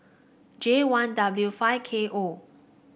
J one W five K O